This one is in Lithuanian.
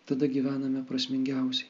tada gyvename prasmingiausiai